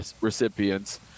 recipients